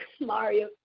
Mario